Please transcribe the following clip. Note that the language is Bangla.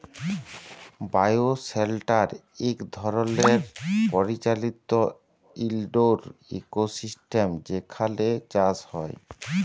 বায়োশেল্টার ইক ধরলের পরিচালিত ইলডোর ইকোসিস্টেম যেখালে চাষ হ্যয়